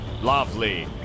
lovely